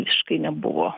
visiškai nebuvo